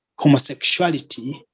Homosexuality